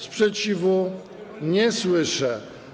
Sprzeciwu nie słyszę.